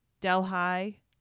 Delhi